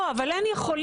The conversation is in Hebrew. לא, אבל אין 'יכולים'.